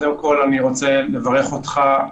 קודם כול, אני רוצה לברך אותך.